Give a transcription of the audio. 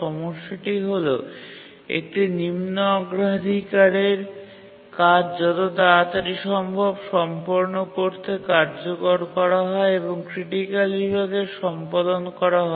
সমস্যাটি হল একটি নিম্ন অগ্রাধিকারের কাজ যত তাড়াতাড়ি সম্ভব সম্পন্ন করতে কার্যকর করা হয় এবং ক্রিটিকাল বিভাগে সম্পাদন করা হয়